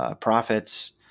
profits